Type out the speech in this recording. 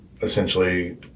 essentially